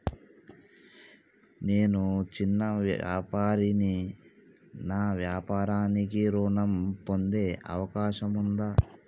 నేను చిన్న వ్యాపారిని నా వ్యాపారానికి ఋణం పొందే అవకాశం ఉందా?